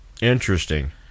Interesting